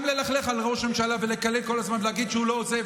גם ללכלך על ראש הממשלה ולקלל כל הזמן ולהגיד שהוא לא עושה,